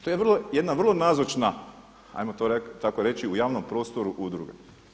To je vrlo, jedna vrlo nazočna hajmo to tako reći u javnom prostoru udruga.